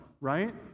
right